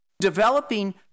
developing